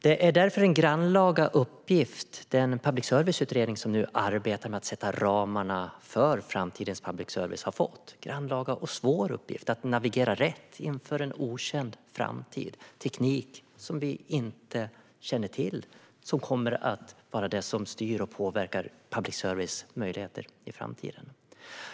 Det är därför en grannlaga och svår uppgift som den public service-utredning som nu arbetar med att sätta ramarna för framtidens public service har fått. Det handlar om att navigera rätt inför en okänd framtid. Teknik som vi inte känner till kommer att styra och påverka public services möjligheter i framtiden.